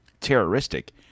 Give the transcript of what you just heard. terroristic